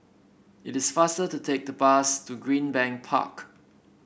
it is faster to take the bus to Greenbank Park